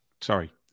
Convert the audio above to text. sorry